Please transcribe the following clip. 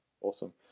awesome